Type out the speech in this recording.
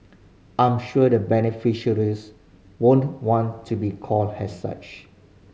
I'm sure the beneficiaries wouldn't want to be called as such